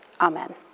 Amen